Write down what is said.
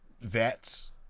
vets